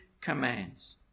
commands